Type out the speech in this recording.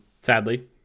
Sadly